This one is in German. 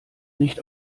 nicht